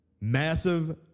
Massive